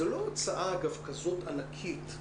אגב, זאת לא הוצאה כזאת ענקית.